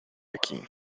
aquí